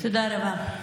תודה רבה.